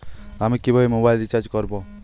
আমি কিভাবে mobile recharge করব?